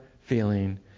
feeling